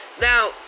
now